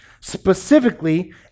Specifically